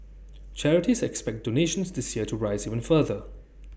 charities expect donations this year to rise even further